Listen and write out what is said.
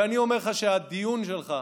ואני אומר לך שהדיון שלך,